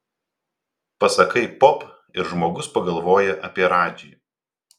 pasakai pop ir žmogus pagalvoja apie radžį